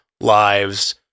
lives